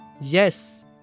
Yes